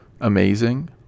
amazing